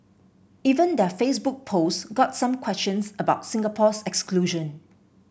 even their Facebook post got some questions about Singapore's exclusion